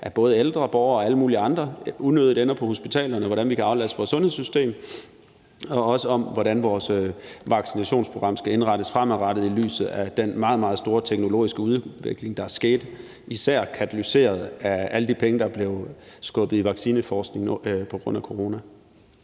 at både ældre borgere og alle mulige andre unødigt ender på hospitalerne, hvordan vi kan aflaste vores sundhedssystem, og om, hvordan vores vaccinationsprogram skal indrettes fremadrettet i lyset af den meget, meget store teknologiske udvikling, der er sket, især katalyseret af alle de penge, der blev skubbet i vaccineforskning på grund af corona.